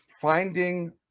finding